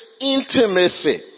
intimacy